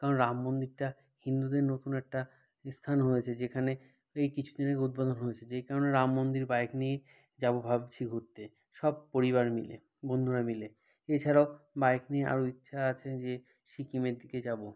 কারণ রামমন্দিরটা হিন্দুদের নতুন একটা স্থান হয়েছে যেখানে এই কিছু দিন আগে উদ্বোধন হয়েছে যেই কারণে রামমন্দির বাইক নিয়েই যাব ভাবছি ঘুরতে সব পরিবার মিলে বন্ধুরা মিলে এছাড়াও বাইক নিয়ে আরও ইচ্ছা আছে যে সিকিমের দিকে যাব